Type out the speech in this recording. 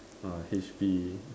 ah H_P